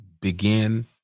begin